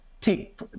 take